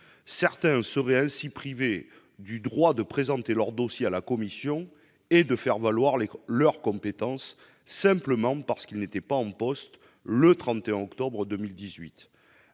eux seraient ainsi privés du droit de présenter leur dossier à la commission et de faire valoir leurs compétences simplement parce qu'ils n'étaient pas en poste le 31 octobre 2018.